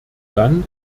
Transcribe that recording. dann